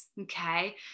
okay